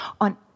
on